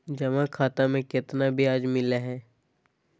जमा खाता में केतना ब्याज मिलई हई?